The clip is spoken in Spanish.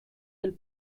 del